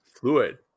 fluid